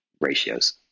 ratios